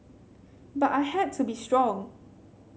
but I had to be strong